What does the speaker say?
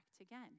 again